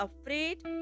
afraid